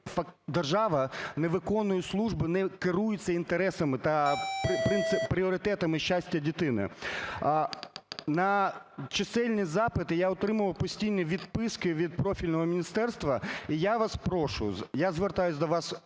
держава не виконує, служби не керуються інтересами та пріоритетами щастя дитини. На чисельні запити я отримував постійні відписки від профільного міністерства.